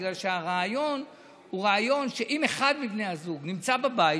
בגלל שהרעיון הוא שאם אחד מבני הזוג נמצא בבית,